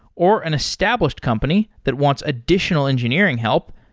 or an established company that wants additional engineering help,